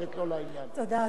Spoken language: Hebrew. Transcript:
היושב-ראש,